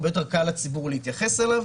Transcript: הרבה יותר קל לציבור להתייחס אליו.